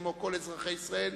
כמו כל אזרחי ישראל,